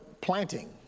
planting